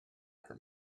her